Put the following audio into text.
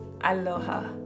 Aloha